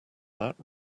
that